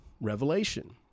revelation